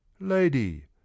Lady